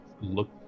look